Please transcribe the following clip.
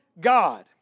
God